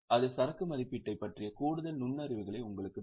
அது சரக்கு மதிப்பீட்டைப் பற்றிய கூடுதல் நுண்ணறிவுகளை உங்களுக்குத் தரும்